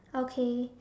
okay